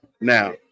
Now